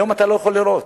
היום אתה לא יכול לראות.